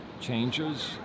changes